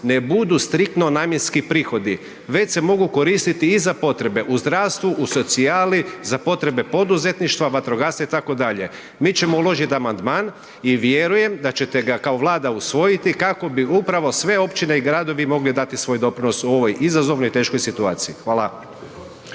ne budu striktno namjenski prihodi već se mogu koristiti i za potrebe u zdravstvu, u socijali, za potrebe poduzetništva, vatrogastva itd. Mi ćemo uložiti amandman i vjerujem da ćete ga kao Vlada usvojiti kako bi upravo sve općine i gradovi mogli dati svoj doprinos u ovoj izazovnoj i teškoj situaciji. Hvala.